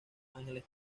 angeles